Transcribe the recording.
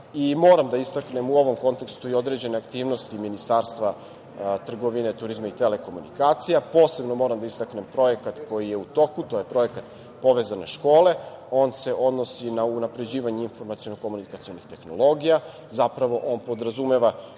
moram da istaknem u ovom kontekstu i određene aktivnosti Ministarstva trgovine, turizma i telekomunikacija. Posebno moram da istaknem projekat koji je u toku, to je Projekat „Povezane škole“. On se odnosi na unapređivanje informacionih tehnologija. Zapravo on podrazumeva